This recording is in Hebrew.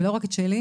ולא רק את שלי,